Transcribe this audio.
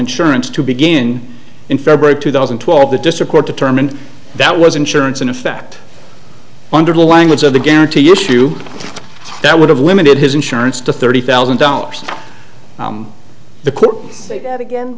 insurance to begin in february two thousand and twelve the district court determined that was insurance in effect under the language of the guarantee issue that would have limited his insurance to thirty thousand dollars